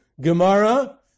Gemara